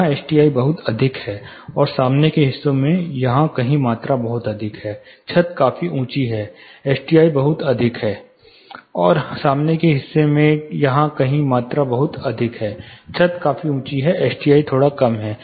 यहाँ एसटीआई बहुत अधिक है और सामने के हिस्से में यहाँ कहीं मात्रा बहुत अधिक है छत काफी ऊँची है एसटीआई थोड़ा कम है